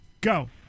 Go